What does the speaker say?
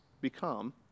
become